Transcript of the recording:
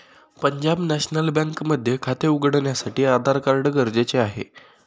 Punjab national bank मध्ये खाते उघडण्यासाठी आधार कार्ड गरजेचे आहे